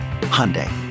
Hyundai